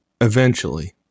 eventually-